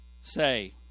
say